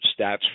stats